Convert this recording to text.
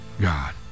God